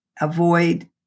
Avoid